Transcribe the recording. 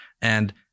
and-